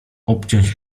obciąć